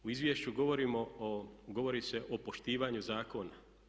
U izvješću govorimo o, govori se o poštivanju zakona.